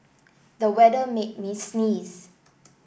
the weather made me sneeze